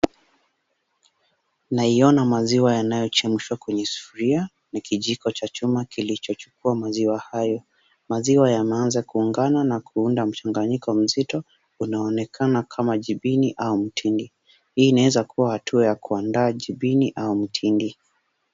Naiona maziwa yanayochemshwa kwenye sufuria na kijiko cha chuma kilichochukua maziwa hayo. Maziwa yameanza kuungana na kuunda mchanganyiko mzito unaoonekana kama jibini au mtindi. Hii inaweza kuwa hatua ya kuandaa jibini au mtindi.